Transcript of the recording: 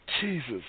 Jesus